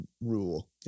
rule